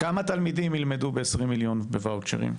כמה תלמידים ילמדו ב-20 מיליון בוואוצ'רים?